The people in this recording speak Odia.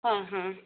ହଁ ହଁ